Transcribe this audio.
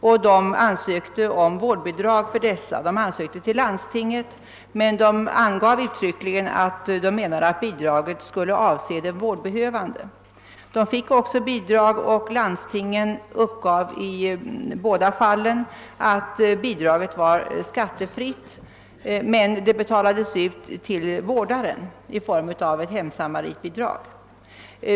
Familjerna ansökte om vård: bidrag för barnen och vände sig till landstingen, men det angavs uttryckligen att avsikten var att bidraget skulle avse den vårdbehövande. De fick också bidrag och landstingen uppgav i båda fallen, att bidraget var skattefritt men att det betalades ut till vårdaren i form av ett hemsamaritbidrag.